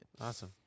Awesome